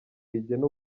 rigena